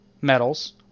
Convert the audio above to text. metals